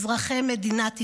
אזרחי מדינת ישראל.